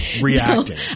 reacting